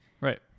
Right